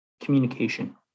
communication